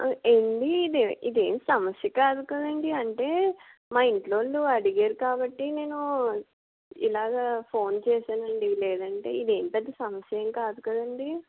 ఏవండి ఇదే ఇదేమి సమస్య కాదు కదండీ అంటే మా ఇంట్లోనుండి అడిగారు కాబట్టి నేను ఇలాగ ఫోను చేసానండి లేదంటే ఇదేమి పెద్ద సమస్య ఏమి కాదు కదండీ